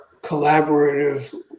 collaborative